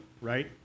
right